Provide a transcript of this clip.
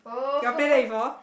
you got play that before